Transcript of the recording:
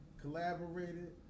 collaborated